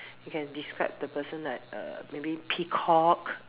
you can describe the person like err maybe peacock